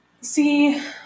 See